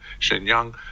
Shenyang